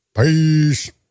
Peace